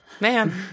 man